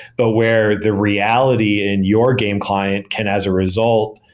but where the reality in your game client can, as a result,